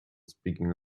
speaking